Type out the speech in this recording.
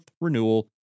renewal